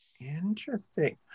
Interesting